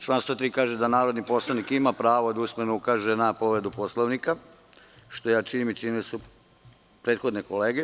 Član 103. kaže da narodni poslanik ima pravo da usmeno ukaže na povredu Poslovnika, što ja činim i činile su i prethodne kolege.